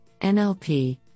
NLP